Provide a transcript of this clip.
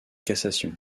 cassation